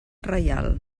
reial